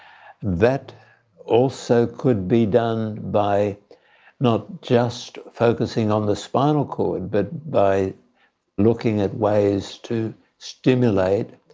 that also could be done by not just focusing on the spinal cord but by looking at ways to stimulate,